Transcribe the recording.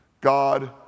God